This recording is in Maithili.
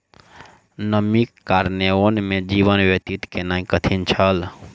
नमीक कारणेँ वन में जीवन व्यतीत केनाई कठिन छल